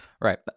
Right